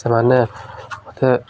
ସେମାନେ ମୋତେ